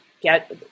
Get